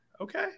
Okay